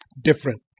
different